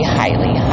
highly